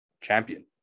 champion